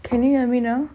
can you hear me now